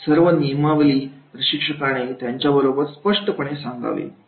सर्व नियमावली प्रशिक्षकाने त्यांच्याबरोबर स्पष्टपणे सांगावी